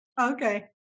okay